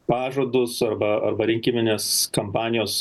pažadus arba arba rinkiminės kampanijos